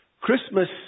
Christmas